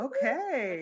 Okay